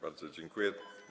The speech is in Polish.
Bardzo dziękuję.